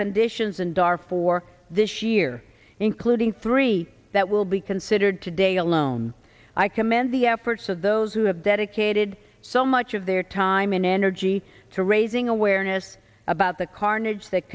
conditions and are for this year including three that will be considered today alone i commend the efforts of those who have dedicated so much of their time and energy to raising awareness about the carnage that